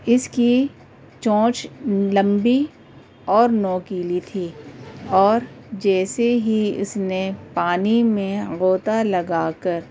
اس کی چونچ لمبی اور نوکیلی تھی اور جیسے ہی اس نے پانی میں غوطہ لگا کر